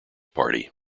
party